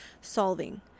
solving